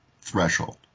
threshold